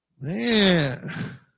man